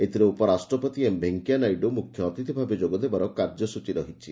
ଏଥିରେ ଉପରାଷ୍ଟ୍ରପତି ଏମ ଭେଙ୍କୟାନାଇଡୁ ମୁଖ୍ୟ ଅତିଥିଭାବେ ଯୋଗଦେବାର କାର୍ଯ୍ୟସ୍ଚୀ ରହିଛି